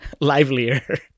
livelier